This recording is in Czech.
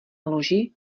loži